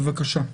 בבקשה.